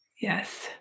Yes